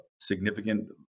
significant